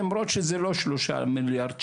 למרות שזה לא שלושה מיליארד שקל,